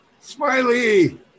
Smiley